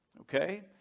Okay